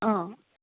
অঁ